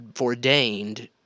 ordained